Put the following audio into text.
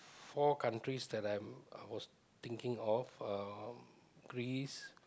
four countries that I'm I was thinking of um Greece